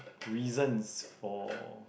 reasons for